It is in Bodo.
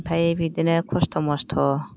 ओमफ्राय बिदिनो खस्थ' मस्थ'